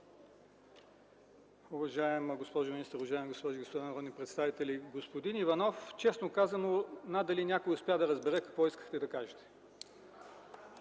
Уважаема госпожо министър, уважаеми дами и господа народни представители! Господин Иванов, честно казано, надали някой успя да разбере какво искахте да кажете.